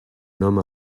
nom